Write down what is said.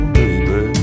baby